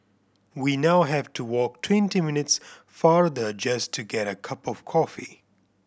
we now have to walk twenty minutes farther just to get a cup of coffee